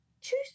choose